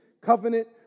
covenant